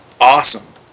awesome